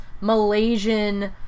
malaysian